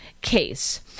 case